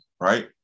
right